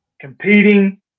competing